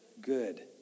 Good